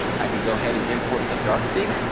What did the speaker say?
i can go ahead and import the dark theme.